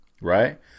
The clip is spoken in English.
right